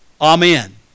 Amen